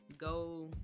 go